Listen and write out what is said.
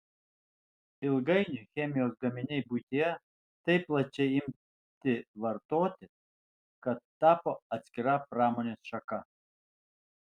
ilgainiui chemijos gaminiai buityje taip plačiai imti vartoti kad tapo atskira pramonės šaka